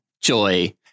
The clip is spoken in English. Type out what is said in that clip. Joy